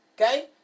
okay